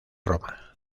roma